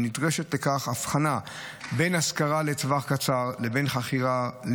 נדרשת הבחנה בין השכרה לטווח קצר לבין חכירה,